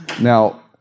Now